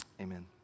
Amen